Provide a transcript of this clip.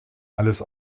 alles